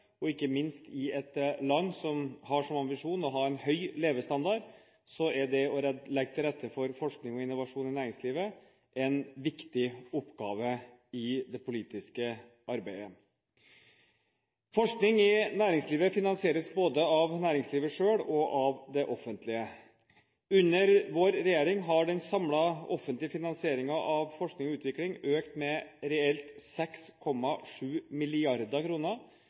Ikke minst i et land som har som ambisjon å ha høy levestandard, er det å legge til rette for forskning og innovasjon i næringslivet en viktig oppgave i det politiske arbeidet. Forskning i næringslivet finansieres både av næringslivet selv og av det offentlige. Under vår regjering har den samlede offentlige finansieringen av forskning og utvikling økt med reelt 6,7